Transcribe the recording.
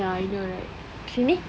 ya I know right sini